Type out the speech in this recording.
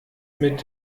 mit